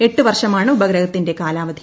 എട്ട് വർഷമാണ് ഉപഗ്രഹത്തിന്റെ കാലാവധി